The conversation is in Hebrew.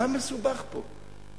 מה מסובך פה?